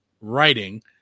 writing